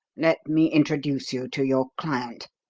let me introduce you to your client.